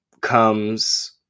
comes